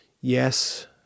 Yes